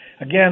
Again